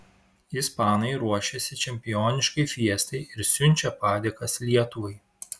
ispanai ruošiasi čempioniškai fiestai ir siunčia padėkas lietuvai